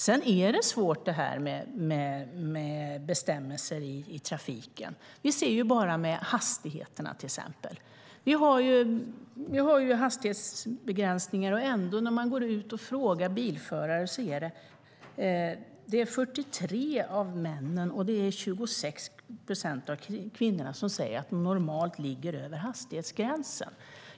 Det är svårt med bestämmelser i trafiken. Låt oss se på till exempel hastigheterna. Det finns hastighetsbegränsningar, men när bilförare har tillfrågats har 43 procent av männen och 26 procent av kvinnorna sagt att de normalt ligger över hastighetsgränsen.